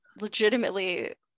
legitimately